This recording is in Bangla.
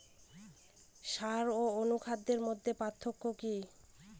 সার ও অনুখাদ্যের মধ্যে পার্থক্য কি?